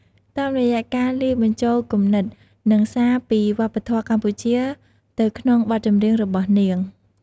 តាមរយៈការលាយបញ្ចូលគំនិតនិងសារពីវប្បធម៌កម្ពុជាទៅក្នុងបទចម្រៀងរបស់នាង។